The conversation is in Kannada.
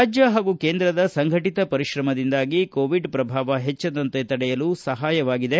ರಾಜ್ಯ ಹಾಗೂ ಕೇಂದ್ರದ ಸಂಘಟಿತ ಪರಿಶ್ರಮದಿಂದಾಗಿ ಕೋವಿಡ್ ಪ್ರಭಾವ ಹೆಚ್ಚದಂತೆ ತಡೆಯಲು ಸಹಾಯವಾಗಿದೆ